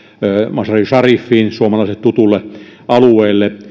mazar i sharifiin suomalaisille tutulle alueelle